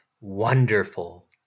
wonderful